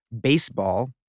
Baseball